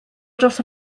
dros